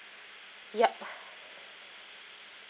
yup uh